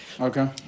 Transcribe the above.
Okay